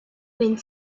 wind